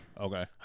Okay